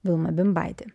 vilma bimbaitė